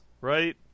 right